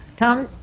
tom?